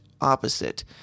opposite